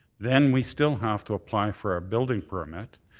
then we still have to apply for our building permit,